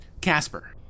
Casper